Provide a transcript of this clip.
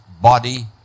body